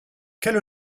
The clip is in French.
quelle